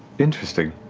interesting.